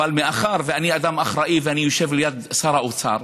אבל מאחר שאני אדם אחראי ואני יושב ליד שר האוצר,